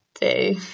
day